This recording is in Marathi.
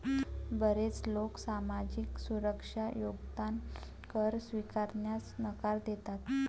बरेच लोक सामाजिक सुरक्षा योगदान कर स्वीकारण्यास नकार देतात